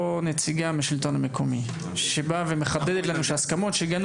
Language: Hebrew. נציגה מהשלטון המקומי שמחדדת לנו שההסכמות שהגענו